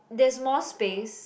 there's more space